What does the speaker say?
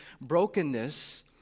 brokenness